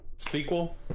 sequel